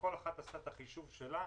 שכל אחת עשתה את החישוב שלה.